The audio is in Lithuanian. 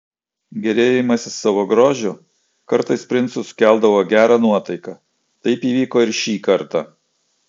gėrėjimasis savo grožiu kartais princui sukeldavo gerą nuotaiką taip įvyko ir šį kartą